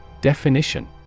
Definition